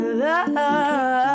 love